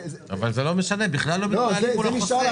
אבל זה לא משנה, בכלל לא מתנהלים מול החוסך.